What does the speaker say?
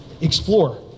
explore